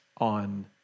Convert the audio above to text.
on